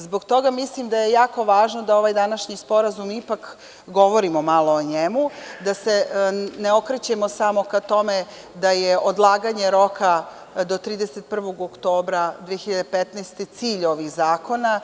Zbog toga mislim je jako važno da ovaj današnji sporazum ipak govorimo o njemu da se ne okrećemo samo ka tome da je odlaganje roka do 31. oktobra 2015. godine cilj ovih zakona.